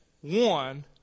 one